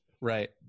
Right